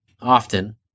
Often